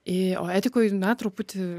į o etikoj na truputį